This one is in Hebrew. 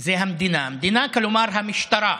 היא המדינה, המדינה, כלומר המשטרה.